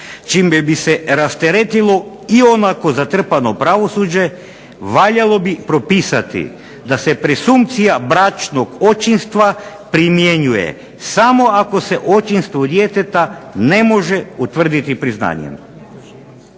čime bi se rasteretilo ionako zatrpano pravosuđe valjalo bi propisati da se presumpcija bračnog očinstva primjenjuje samo ako se očinstvo djeteta ne može utvrditi priznanjem.